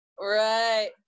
right